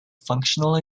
functional